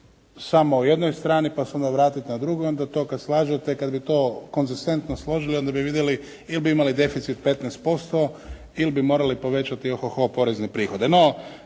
samo o jednoj strani, pa se onda vratiti na drugu i onda to kad slažete kad bi to konzistentno složili, onda bi vidjeli ili bi imali deficit 15% ili bi morali povećati o-ho-ho porezne prihode.